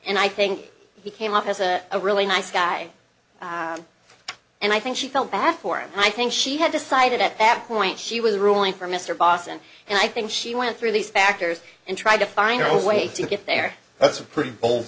and i think he came off as a really nice guy and i think she felt bad for him and i think she had decided at that point she was ruling for mr boston and i think she went through these factors and tried to find a way to get there that's a pretty bold